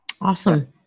Awesome